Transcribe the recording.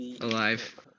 Alive